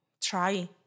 try